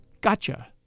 gotcha